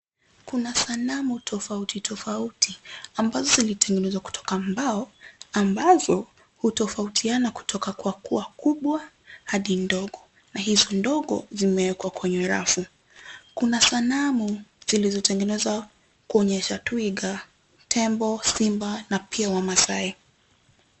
Kuna sanamu tofauti tofauti amabazo zilitengenezwa kutoka mbao ambazo hutofautiana kutoka kwa kuwa kubwa hadi ndogo na hizo ndogo zimewekwa kwenye rafu. Kuna sanamu zilizotengenezwa kuonyesha twiga, tembo, simba na pia wamasai.